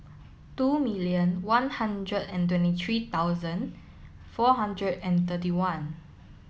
two million one hundred and twenty three thousand four hundred and thirty one